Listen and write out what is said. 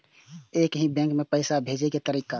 एक ही बैंक मे पैसा भेजे के तरीका?